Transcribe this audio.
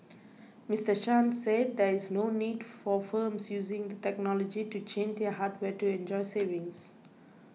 Mr Chen said there is no need for firms using the technology to change their hardware to enjoy savings